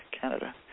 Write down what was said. Canada